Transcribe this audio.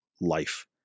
life